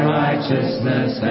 righteousness